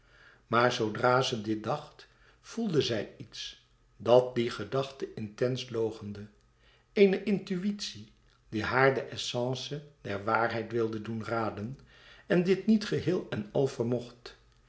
maar zoodra ze dit dacht voelde zij iets dat die gedachte intens loochende eene intuïtie die haar de essence der waarheid wilde doen raden en dit niet geheel en al vermocht